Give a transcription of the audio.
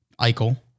Eichel